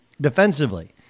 defensively